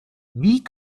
wie